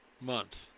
month